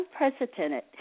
unprecedented